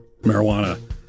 marijuana